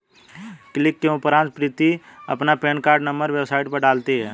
click के उपरांत प्रीति अपना पेन कार्ड नंबर वेबसाइट पर डालती है